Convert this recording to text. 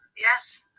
yes